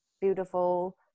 beautiful